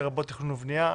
לרבות תכנון ובנייה.